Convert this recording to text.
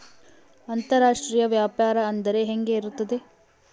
ಅಂತರಾಷ್ಟ್ರೇಯ ವ್ಯಾಪಾರ ಅಂದರೆ ಹೆಂಗೆ ಇರುತ್ತದೆ?